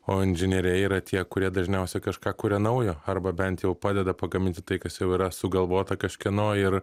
o inžinieriai yra tie kurie dažniausiai kažką kuria naujo arba bent jau padeda pagaminti tai kas jau yra sugalvota kažkieno ir